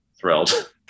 thrilled